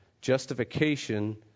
justification